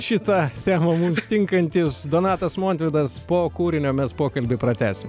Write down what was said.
šitą temą mums tinkantis donatas montvydas po kūrinio mes pokalbį pratęsim